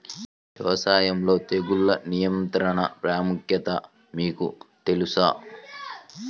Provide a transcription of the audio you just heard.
వ్యవసాయంలో తెగుళ్ల నియంత్రణ ప్రాముఖ్యత మీకు తెలుసా?